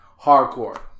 hardcore